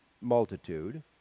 multitude